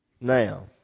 Now